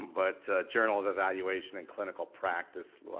but journal of evaluation in clinical practice,